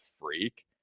freak